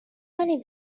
money